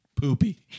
Poopy